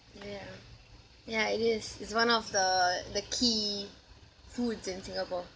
ya ya it is it's one of the the key foods in Singapore